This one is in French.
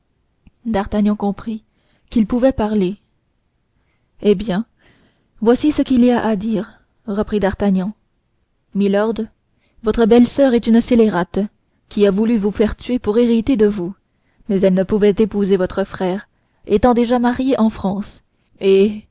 d'artagnan comprit qu'il pouvait parler eh bien voici ce qu'il y a à dire reprit d'artagnan milord votre belle-soeur est une scélérate qui a voulu vous faire tuer pour hériter de vous mais elle ne pouvait épouser votre frère étant déjà mariée en france et